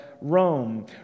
Rome